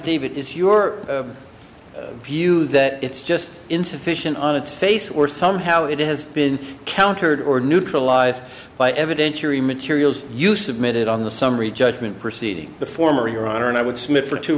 if your view that it's just insufficient on its face or somehow it has been countered or neutralized by evidentiary materials you submitted on the summary judgment proceeding the former your honor and i would submit for two